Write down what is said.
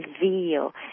reveal